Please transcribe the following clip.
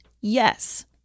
yes